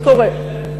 קורה.